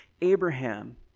Abraham